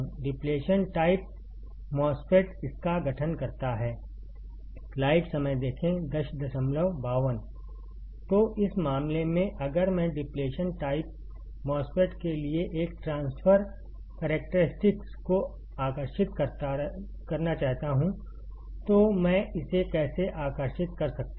depletion type MOSFET इसका गठन करता है तो इस मामले में अगर मैं डिप्लेशन टाइप MOSFET के लिए एक ट्रान्सफर ट्रान्सफर करेक्टरस्टिक्स को आकर्षित करना चाहता हूं तो मैं इसे कैसे आकर्षित कर सकता हूं